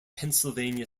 pennsylvania